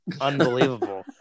unbelievable